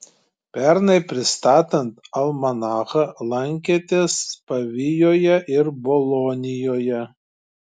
pernai pristatant almanachą lankėtės pavijoje ir bolonijoje